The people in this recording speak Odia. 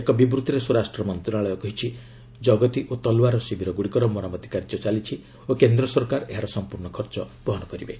ଏକ ବିବୃତ୍ତିରେ ସ୍ୱରାଷ୍ଟ୍ର ମନ୍ତ୍ରଣାଳୟ କହିଛି ଜଗତି ଓ ତଲୱାରା ଶିବିରଗୁଡିକର ମରାମତି କାର୍ଯ୍ୟ ଚାଲିଛି ଓ କେନ୍ଦ୍ର ସରକାର ଏହାର ସମ୍ପର୍ଶ୍ୟ ଖର୍ଚ୍ଚ ବହନ କରିବେ